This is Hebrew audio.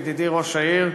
ידידי ראש העיר,